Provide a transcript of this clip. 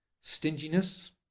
stinginess